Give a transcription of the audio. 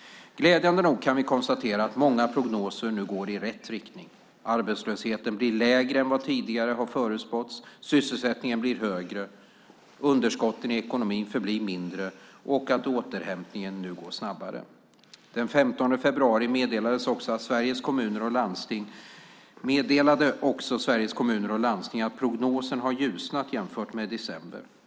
Glädjande nog kan vi konstatera att många prognoser nu går i rätt riktning. Arbetslösheten blir lägre än vad vi tidigare har förutspått, sysselsättningen blir högre, underskotten i ekonomin blir mindre och återhämtningen går snabbare. Den 15 februari meddelade också Sveriges Kommuner och Landsting att prognosen har ljusnat jämfört med december.